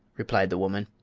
replied the woman.